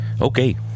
Okay